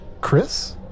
chris